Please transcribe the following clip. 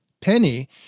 Penny